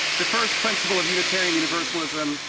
the first principle of unitarian universalism,